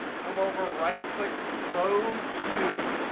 come over, right click load to,